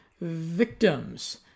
victims